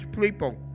people